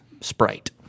sprite